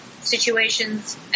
situations